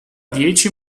dieci